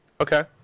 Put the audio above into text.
Okay